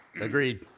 Agreed